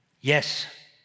Yes